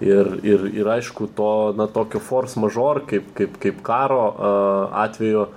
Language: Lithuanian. ir ir ir aišku to na tokio fors mažor kaip kaip kaip karo atveju